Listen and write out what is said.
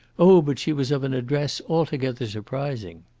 oh, but she was of an address altogether surprising.